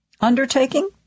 undertaking